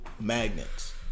magnets